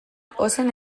ozen